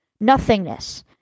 Nothingness